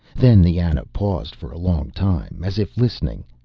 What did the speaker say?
then the ana paused for a long time, as if listening.